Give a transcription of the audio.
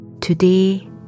Today